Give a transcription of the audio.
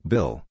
Bill